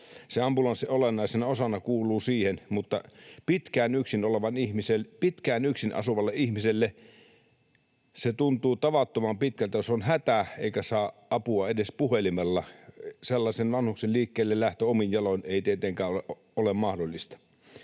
Se ambulanssi olennaisena osana kuuluu siihen. Pitkään yksin asuvalle ihmiselle se tuntuu tavattoman pitkältä, jos on hätä eikä saa apua edes puhelimella. Sellaisen vanhuksen liikkeelle lähtö omin jaloin ei tietenkään ole mahdollista.